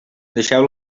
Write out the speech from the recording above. deixeu